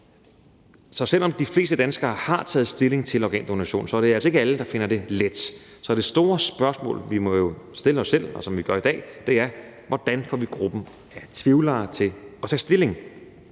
Så selv om de fleste danskere har taget stilling til organdonation, er det altså ikke alle, der finder det let. Så det store spørgsmål, vi må stille os selv, og som vi stiller i dag, er: Hvordan får vi gruppen af tvivlere til at tage stilling?